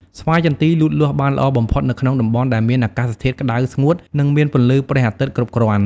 ស្វាយចន្ទីលូតលាស់បានល្អបំផុតនៅក្នុងតំបន់ដែលមាន អាកាសធាតុក្តៅស្ងួត និងមាន ពន្លឺព្រះអាទិត្យគ្រប់គ្រាន់។